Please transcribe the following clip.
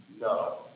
No